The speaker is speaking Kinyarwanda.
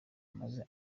maze